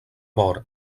bor